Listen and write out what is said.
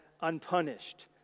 unpunished